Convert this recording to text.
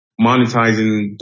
monetizing